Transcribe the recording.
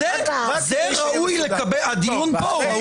זה ראוי לגבי הדיון פה, הוא ראוי לקבל כותרת.